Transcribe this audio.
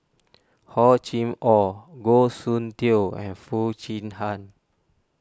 Hor Chim or Goh Soon Tioe and Foo Chee Han